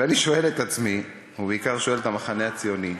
ואני שואל את עצמי, ובעיקר שואל את המחנה הציוני: